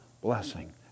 blessing